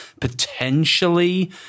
potentially